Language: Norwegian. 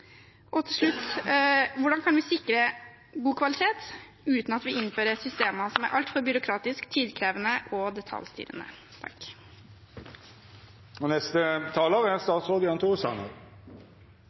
slutt: Hvordan kan vi sikre god kvalitet uten at vi innfører systemer som er altfor byråkratiske, tidkrevende og detaljstyrende?